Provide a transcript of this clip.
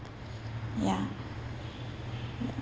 ya